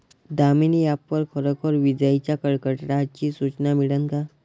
Damini app वर खरोखर विजाइच्या कडकडाटाची सूचना मिळन का?